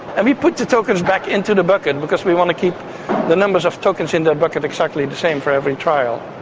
and we put the tokens back into the bucket because we want to keep the numbers of tokens in that bucket exactly the same for every trial.